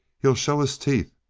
he'll show his teeth!